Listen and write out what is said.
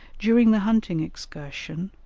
during the hunting excursion,